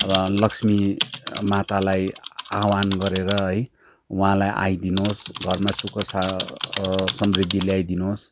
र लक्ष्मी मातालाई आह्वान गरेर है उहाँलाई आइदिनुहोस् घरमा सुख समृद्धि ल्याइदिनुहोस्